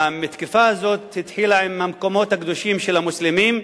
המתקפה הזאת התחילה עם המקומות הקדושים של המוסלמים,